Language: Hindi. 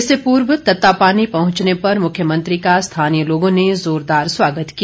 इससे पूर्व तत्तापानी पहंचने पर मुख्यमंत्री का स्थानीय लोगों ने जोरदार स्वागत किया